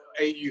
AU